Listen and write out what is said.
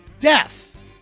death